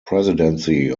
presidency